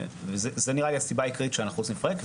וזה נראה לי הסיבה העיקרית שאנחנו רוצים לפרק.